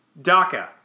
DACA